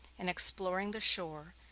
in exploring the shore,